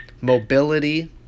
mobility